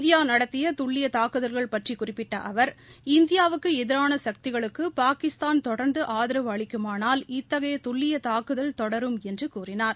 India நடத்திய துல்லிய தாக்குதல்கள் பற்றி குறிப்பிட்ட அவர் இந்தியாவுக்கு எதிரான கக்திகளுக்கு பாகிஸ்தான் தொடர்ந்து ஆதரவு அளிக்குமானால் இத்தகைய துல்லிய தாக்குதல் தொடரும் என்று கூறினார்